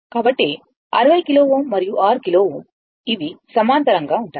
కాబట్టి 60 కిలోΩ మరియు 6 కిలోΩ అవి సమాంతరంగా గా ఉంటాయి